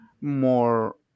more